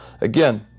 Again